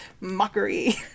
Mockery